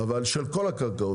אבל של כל הקרקעות.